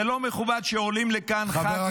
זה לא מכובד שעולים לכאן ח"כים מכל הסיעות,